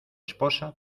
esposa